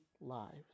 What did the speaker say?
lives